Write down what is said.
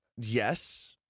Yes